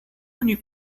oni